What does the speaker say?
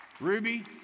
Ruby